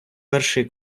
перший